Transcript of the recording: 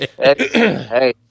Hey